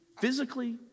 physically